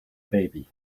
baby